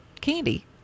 candy